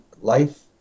life